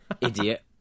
idiot